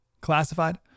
classified